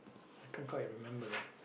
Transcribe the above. I can't quite remember though